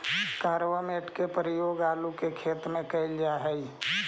carbamate के प्रयोग आलू के खेत में कैल जा हई